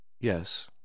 Yes